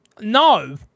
No